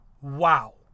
Wow